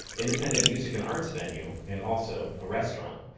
independent music and arts venue, and also a restaurant.